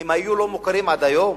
הם היו לא-מוכרים עד היום?